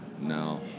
No